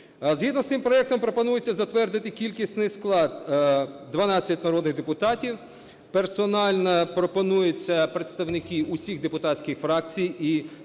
Згідно з цим проектом пропонується затвердити кількісний склад – 12 народних депутатів. Персонально пропонуються представники усіх депутатських фракцій і